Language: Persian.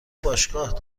باشگاه